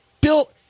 Bill